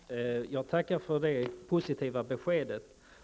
Fru talman! Jag tackar för det positiva beskedet.